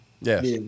Yes